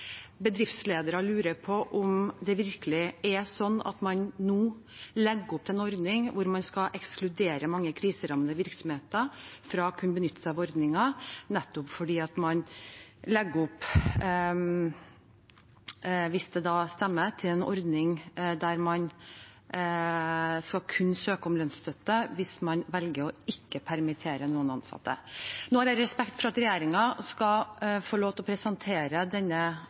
Bedriftsledere lurer på om det virkelig er sånn at man legger opp til en ordning hvor man skal ekskludere mange kriserammede virksomheter fra å kunne benytte seg av ordninger, nettopp fordi man legger opp til – hvis det stemmer – en ordning der man kun kan søke om lønnsstøtte hvis man velger ikke å permittere noen ansatte. Jeg har respekt for at regjeringen skal få lov til å presentere denne